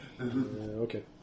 Okay